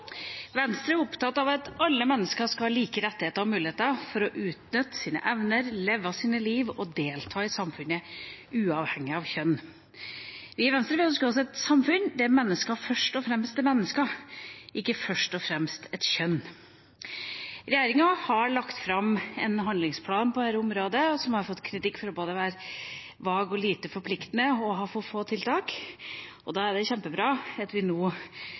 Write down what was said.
Venstre er opptatt av at alle mennesker skal ha like rettigheter og muligheter for å utnytte sine evner, leve livet sitt og delta i samfunnet, uavhengig av kjønn. I Venstre ønsker vi oss et samfunn der mennesker først og fremst er mennesker, ikke først og fremst et kjønn. Regjeringa har lagt fram en handlingsplan på dette området som har fått kritikk for både å være vag og lite forpliktende og å ha for få tiltak. Da er det kjempebra at vi nå